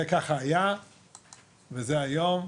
זה ככה היה וזה היום,